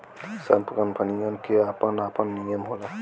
सब कंपनीयन के आपन आपन नियम होला